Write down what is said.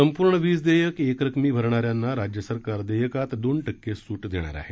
संपूर्ण वीज देयक एकरकमी भरणा यांना राज्य सरकार देयकात दोन टक्के सूट देणार आहे